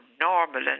normal